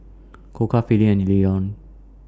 Koka Philips and Lion